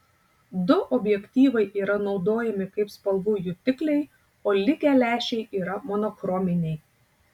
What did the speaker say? du objektyvai yra naudojami kaip spalvų jutikliai o likę lęšiai yra monochrominiai